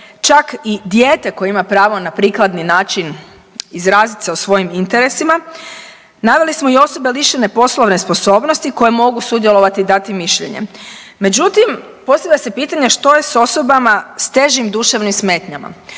čak i dijete koje ima pravo na prikladni način izrazit se o svojim interesima naveli smo i osobe lišene poslovne sposobnosti koje mogu sudjelovati i dati mišljenje. Međutim, postavlja se pitanje što je sa osobama sa težim duševnim smetnjama.